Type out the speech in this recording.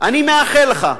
אני מאחל לך,